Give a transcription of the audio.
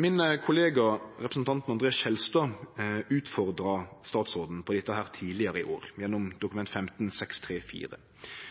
Min kollega, representanten André Skjelstad, utfordra statsråden på dette tidlegare i år gjennom Dokument